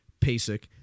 PASIC